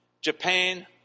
Japan